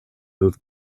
moved